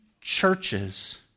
churches